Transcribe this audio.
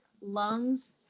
lungs